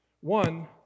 One